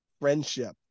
friendship